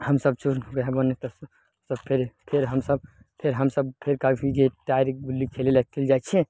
हमसभ चोर नुकैया बनय तऽ सभ फेर फेर हमसभ फेर हमसभ फेर कहलखिन जे टायर गुल्ली खेलय लए जाइ छियै